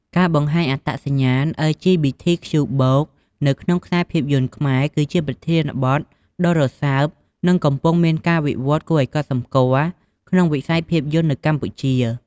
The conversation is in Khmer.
ការបង្ហាញ អត្តសញ្ញាណ អិល ជី ប៊ី ធី ខ្ជូ បូក (LGBTQ+) នៅក្នុងខ្សែភាពយន្តខ្មែរគឺជាប្រធានបទដ៏រសើប និងកំពុងតែមានការវិវត្តន៍គួរឲ្យកត់សម្គាល់ក្នុងវិស័យភាពយន្ដនៅកម្ពុជា។